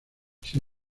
sin